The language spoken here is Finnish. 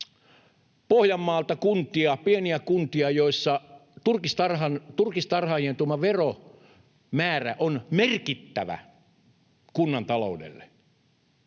Pohjanmaalta pieniä kuntia, joissa turkistarhaajien tuoma veromäärä on merkittävä kunnan taloudelle: